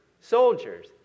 soldiers